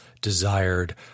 desired